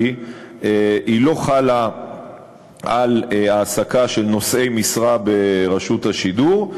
לא חלה על העסקה של נושאי משרה ברשות השידור,